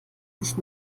sich